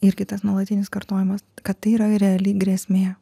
irgi tas nuolatinis kartojimas kad tai yra reali grėsmė